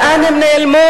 לאן הם נעלמו?